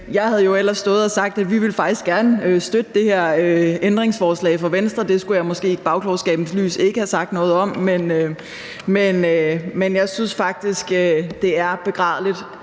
Jeg havde jo ellers stået og sagt, at vi faktisk gerne ville støtte det her ændringsforslag fra Venstre. Det skulle jeg måske i bagklogskabens lys ikke have sagt noget om. Men jeg synes faktisk, det er begrædeligt,